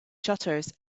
shutters